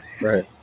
Right